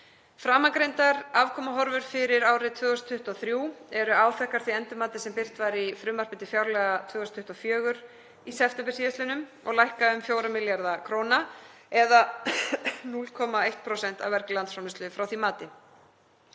Framangreindar afkomuhorfur fyrir árið 2023 eru áþekkar því endurmati sem birt var í frumvarpi til fjárlaga 2024 í september síðastliðnum og lækka um 4 milljarða kr. eða 0,1% af vergri landsframleiðslu frá því mati.